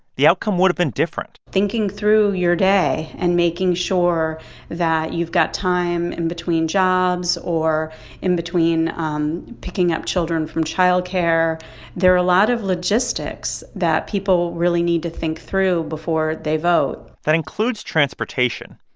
the outcome would've been different thinking through your day and making sure that you've got time in between jobs or in between um picking up children from childcare there are a lot of logistics that people really need to think through before they vote that includes transportation.